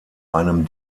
einem